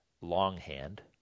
longhand